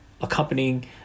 accompanying